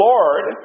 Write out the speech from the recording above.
Lord